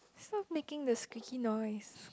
stop making the squeaky noise